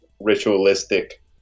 ritualistic